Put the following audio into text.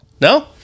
No